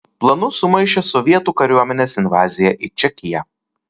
planus sumaišė sovietų kariuomenės invazija į čekiją